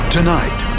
Tonight